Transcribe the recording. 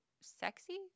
sexy